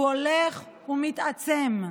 והוא הולך ומתעצם.